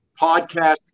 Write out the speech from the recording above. Podcast